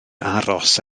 aros